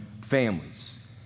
families